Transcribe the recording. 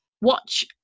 watch